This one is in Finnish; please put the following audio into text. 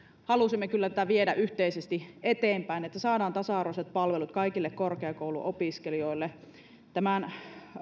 halusimme kyllä tätä viedä yhteisesti eteenpäin että saadaan tasa arvoiset palvelut kaikille korkeakouluopiskelijoille tämän